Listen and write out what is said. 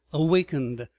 awakened,